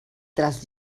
tres